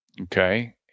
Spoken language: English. okay